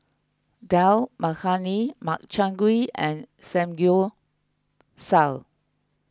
Dal Makhani Makchang Gui and Samgyeopsal